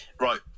Right